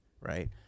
right